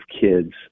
kids